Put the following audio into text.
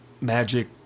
Magic